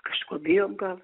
kažko bijom gal